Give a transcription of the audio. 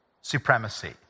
supremacy